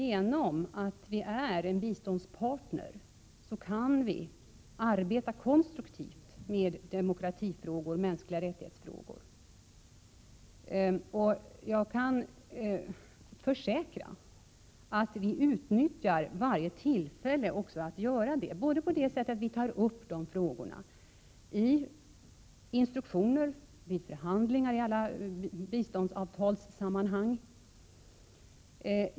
Eftersom vi är en biståndspartner, kan vi arbeta konstruktivt med demokratifrågor och frågor om mänskliga rättigheter. Jag kan försäkra att vi också utnyttjar varje tillfälle att göra det. Vi tar upp dessa frågor i instruktioner inför förhandlingar i alla biståndsavtalssammanhang.